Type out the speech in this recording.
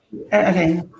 Okay